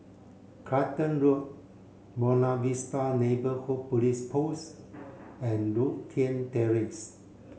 Clacton Road Buona Vista Neighbourhood Police Post and Lothian Terrace